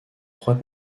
trois